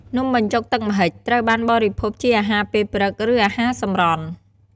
នំបញ្ចុកទឹកម្ហិចត្រូវបានបរិភោគជាអាហារពេលព្រឹក ឬអាហារសម្រន់។